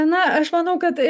na aš manau kad